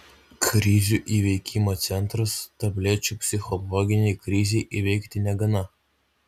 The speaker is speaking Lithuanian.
krizių įveikimo centras tablečių psichologinei krizei įveikti negana